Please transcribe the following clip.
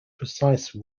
precise